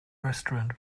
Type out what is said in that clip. restaurant